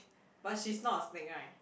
but she's not a snake right